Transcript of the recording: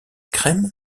crèmes